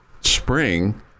spring